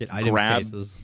Grab